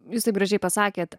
jūs taip gražiai pasakėt